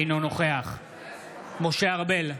אינו נוכח משה ארבל,